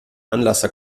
anlasser